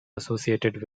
associated